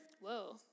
Whoa